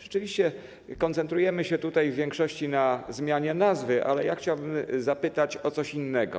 Rzeczywiście koncentrujemy się tutaj w większości na zmianie nazwy, ale ja chciałbym zapytać tu o coś innego.